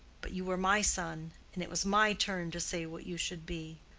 but you were my son, and it was my turn to say what you should be.